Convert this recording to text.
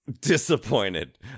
disappointed